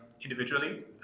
individually